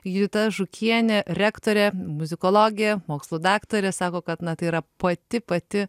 judita žukienė rektorė muzikologė mokslų daktarė sako kad na tai yra pati pati